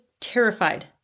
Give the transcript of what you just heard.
terrified